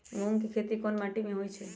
मूँग के खेती कौन मीटी मे होईछ?